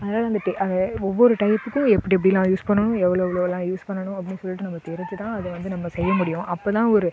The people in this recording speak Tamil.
அதனால் வந்துட்டு அதை ஒவ்வொரு டைப்புக்கும் எப்படி எப்படிலாம் யூஸ் பண்ணனும் எவ்வளோ எவ்வளோலாம் யூஸ் பண்ணனும் அப்படின்னு சொல்லிட்டு நமக்கு தெரிஞ்சி தான் அதை வந்து நம்ம செய்ய முடியும் அப்போ தான் ஒரு